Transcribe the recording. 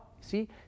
see